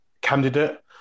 candidate